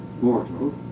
mortal